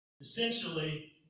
essentially